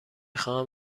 خواهم